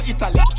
Italy